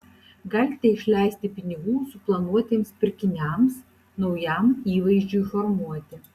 galite išleisti pinigų suplanuotiems pirkiniams naujam įvaizdžiui formuoti